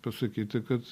pasakyti kad